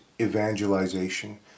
evangelization